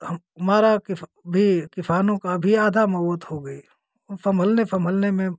हम मारा किसा भी किसानों का भी आधा मौत हो गई वो संभलने संभलने में